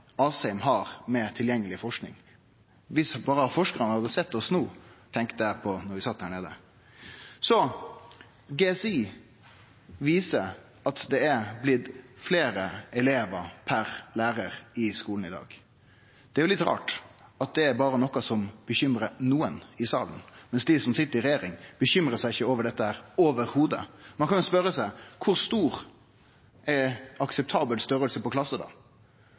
Asheim har med tilgjengeleg forsking. Viss berre forskarane hadde sett oss no, tenkte eg da vi sat der nede. GSI viser at det er blitt fleire elevar per lærar i skulen i dag. Det er litt rart at det er noko som berre bekymrar nokre i salen, mens dei som sit i regjering, ikkje bekymrar seg over dette i det heile. Ein kan spørje seg: Kva er akseptabel storleik på ein klasse?